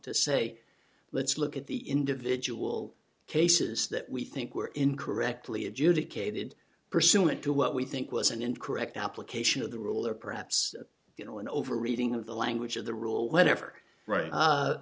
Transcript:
to say let's look at the individual cases that we think were incorrectly adjudicated pursuant to what we think was an incorrect application of the rule or perhaps you know an over reading of the language of the rule whatever right